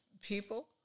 people